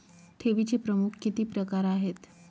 ठेवीचे प्रमुख किती प्रकार आहेत?